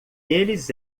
eles